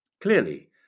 Clearly